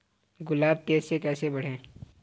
गुलाब तेजी से कैसे बढ़ता है?